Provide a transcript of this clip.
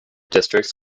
districts